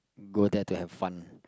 go there to have fun